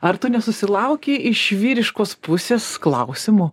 ar tu nesusilaukei iš vyriškos pusės klausimų